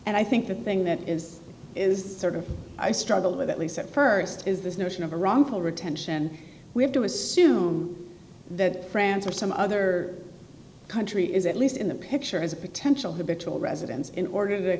and i think the thing that is is sort of i struggled with at least at st is this notion of a wrongful retention we have to assume that france or some other country is at least in the picture as a potential habitual residence in order to